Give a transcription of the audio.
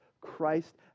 Christ